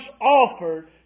offered